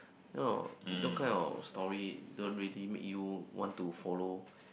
you know those kind of stories don't really made you want to follow